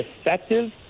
Effective